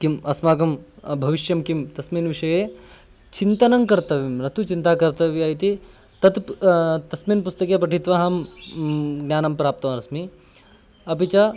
किम् अस्माकं भविष्यं किं तस्मिन् विषये चिन्तनं कर्तव्यं न तु चिन्ता कर्तव्या इति तत् प् तस्मिन् पुस्तके पठित्वा अहं ज्ञानं प्राप्तवानस्मि अपि च